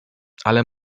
ale